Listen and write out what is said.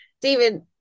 David